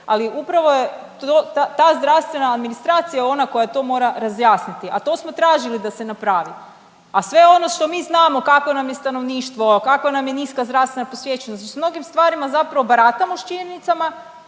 ali upravo je ta zdravstvena administracija ona koja to mora razjasniti. A to smo tražili da se napravi. A sve ono što mi znamo kakvo nam je stanovništvo, kakva nam je niska zdravstvena prosvjećenost. Mnogim stvarima zapravo baratamo s činjenicama